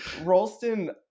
Rolston